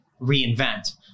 reinvent